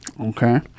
okay